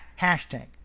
hashtag